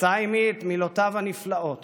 אשא עימי את מילותיו הנפלאות